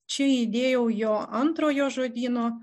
čia įdėjau jo antrojo žodyno